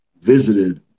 visited